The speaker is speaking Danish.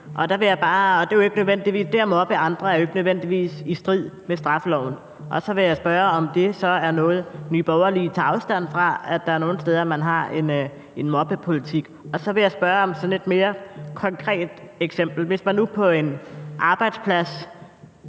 Det at mobbe andre er ikke nødvendigvis i strid med straffeloven. Og så vil jeg spørge, om det så er noget, Nye Borgerlige tager afstand fra, altså at der er nogle steder, man har en mobbepolitik. Så vil jeg spørge om sådan et mere konkret eksempel. Hvis man nu på en arbejdsplads